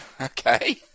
Okay